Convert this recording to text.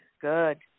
Good